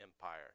empire